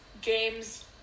games